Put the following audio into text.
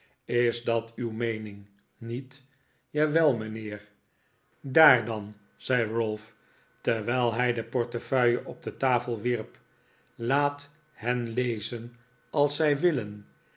is dat uw meening niet jawel mijnheer daar dan zei ralph terwijl hij de portefeuille op de tafel wierp laat hen lezen als zij willen